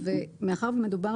מאחר שמדובר